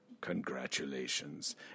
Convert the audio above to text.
Congratulations